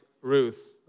Ruth